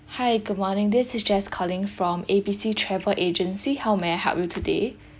hi good morning this is jess calling from A B C travel agency how may I help you today